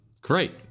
great